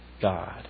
God